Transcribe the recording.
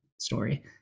story